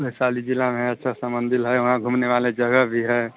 वैशाली ज़िला में ऐसा ऐसा मन्दिर है वहाँ घूमने वाली जगह भी है